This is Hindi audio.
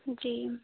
जी